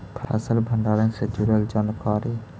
फसल भंडारन से जुड़ल जानकारी?